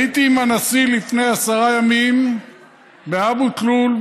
הייתי עם הנשיא לפני עשרה ימים באבו תלול,